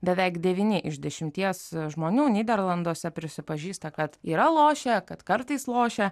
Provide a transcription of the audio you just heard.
beveik devyni iš dešimties žmonių nyderlanduose prisipažįsta kad yra lošę kad kartais lošia